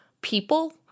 people